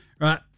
Right